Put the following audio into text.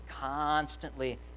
constantly